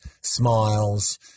smiles